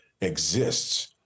exists